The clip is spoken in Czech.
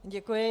Děkuji.